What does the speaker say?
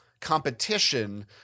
competition